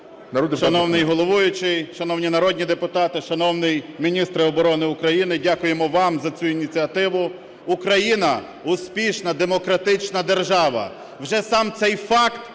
Шановний головуючий, шановні народні депутати, шановний міністре оборони України, дякуємо вам за цю ініціативу. Україна – успішна демократична держава. Вже сам цей факт